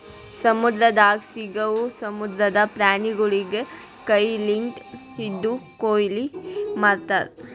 ಸಮುದ್ರದಾಗ್ ಸಿಗವು ಸಮುದ್ರದ ಪ್ರಾಣಿಗೊಳಿಗ್ ಕೈ ಲಿಂತ್ ಹಿಡ್ದು ಕೊಯ್ಲಿ ಮಾಡ್ತಾರ್